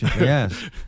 yes